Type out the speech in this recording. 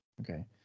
Okay